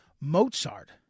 Mozart